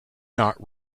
not